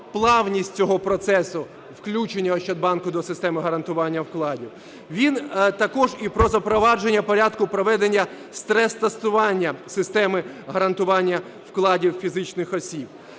плавність цього процесу включення Ощадбанку до системи гарантування вкладів. Він також і про запровадження порядку проведення стрес-тестування системи гарантування вкладів фізичних осіб,